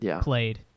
played